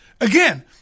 Again